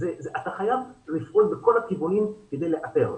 אתה חייב לפעול בכל הכיוונים כדי לאתר.